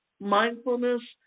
mindfulness